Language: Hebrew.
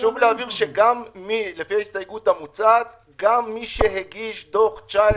חשוב להבהיר שלפי ההסתייגות המוצעת גם מי שהגיש דוח 19'